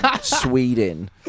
Sweden